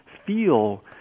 feel